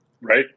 Right